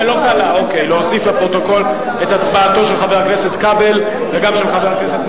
מוסיפים לפרוטוקול שהוספנו את הצבעתו של חבר הכנסת גאלב מג'אדלה.